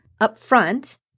upfront